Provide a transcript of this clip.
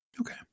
Okay